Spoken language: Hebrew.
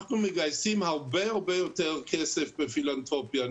אנחנו מגייסים הרבה יותר כסף בפילנתרופיה.